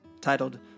titled